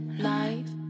life